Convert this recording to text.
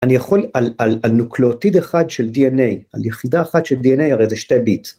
‫אני יכול, על נוקלאוטיד אחד של די.אן.איי, ‫על יחידה אחת של די.אן.איי, ‫הרי זה שתי ביט.